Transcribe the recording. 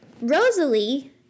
Rosalie